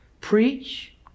preach